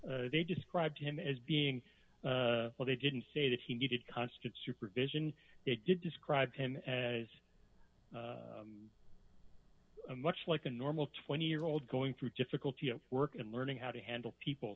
weigel they described him as being well they didn't say that he needed constant supervision they did describe him as much like a normal twenty year old going through difficulty of work and learning how to handle people